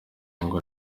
ngo